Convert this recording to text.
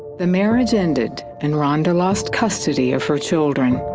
the marriage ended and rhonda lost custody of her children.